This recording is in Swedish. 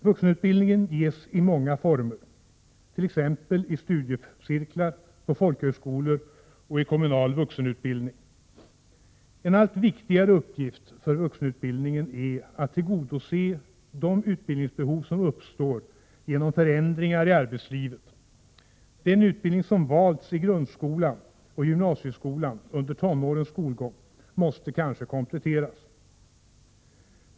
Vuxenutbildning ges i många olika former, t.ex. i studiecirklar, på folkhögskolor och i kommunal vuxenutbildning. En allt viktigare uppgift för vuxenutbildningen är att tillgodose de utbildningsbehov som uppstår genom förändringar i arbetslivet. Den utbildning som valts i grundskolan och gymnasieskolan under tonårens skolgång måste kanske kompletteras.